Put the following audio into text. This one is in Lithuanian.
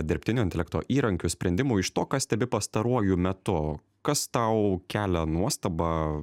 dirbtinio intelekto įrankių sprendimų iš to ką stebi pastaruoju metu kas tau kelia nuostabą